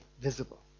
visible